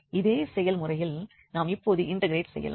இதே செயல்முறையில் நாம் இப்பொழுது இண்டெக்ரெட் செய்யலாம்